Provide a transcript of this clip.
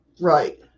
Right